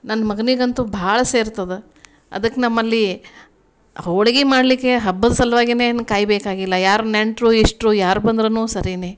ನನ್ನ ಮಗನಿಗಂತೂ ಭಾಳ ಸೇರ್ತದೆ ಅದಕ್ಕೆ ನಮ್ಮಲ್ಲಿ ಹೋಳಿಗೆ ಮಾಡಲಿಕ್ಕೆ ಹಬ್ಬದ ಸಲುವಾಗಿಯೇ ಏನು ಕಾಯಬೇಕಾಗಿಲ್ಲ ಯಾರು ನೆಂಟರು ಇಷ್ಟರು ಯಾರು ಬಂದ್ರೂ ಸರಿಯೇ